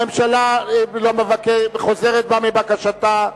הממשלה חוזרת בה מבקשתה,